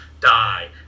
die